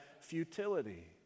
futility